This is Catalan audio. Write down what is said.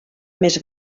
més